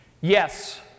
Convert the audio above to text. Yes